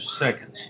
seconds